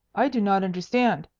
i do not understand,